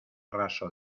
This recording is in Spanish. raso